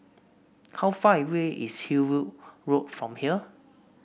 how far away is Hillview Road from here